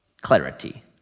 clarity